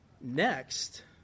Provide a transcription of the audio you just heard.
Next